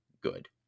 good